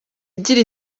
igira